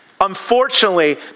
unfortunately